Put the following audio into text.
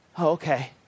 okay